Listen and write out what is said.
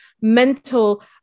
mental